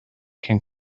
can